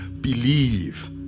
believe